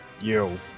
yo